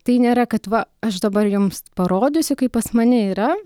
tai nėra kad va aš dabar jums parodysiu kaip pas mane yra